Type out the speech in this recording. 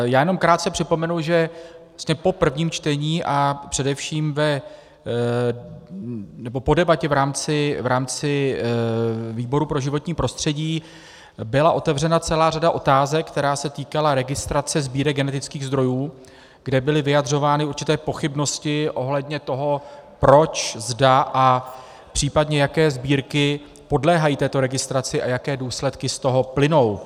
Já jenom krátce připomenu, že po prvním čtení a především po debatě v rámci výboru pro životní prostředí byla otevřena celá řada otázek, která se týkala registrace sbírek genetických zdrojů, kde byly vyjadřovány určité pochybnosti ohledně toho, proč, zda a případně jaké sbírky podléhají této registraci a jaké důsledky z toho plynou.